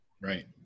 Right